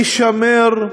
לשמר,